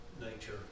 nature